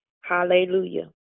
Hallelujah